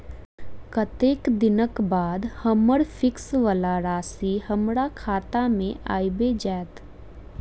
कत्तेक दिनक बाद हम्मर फिक्स वला राशि हमरा खाता मे आबि जैत?